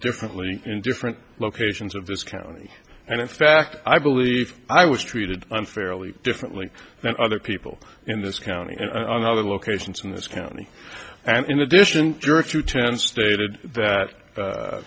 differently in different locations of this county and in fact i believe i was treated unfairly differently than other people in this county and other locations in this county and in addition to your if you turn stated that